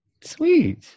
Sweet